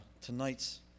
tonight's